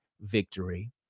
victory